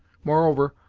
moreover,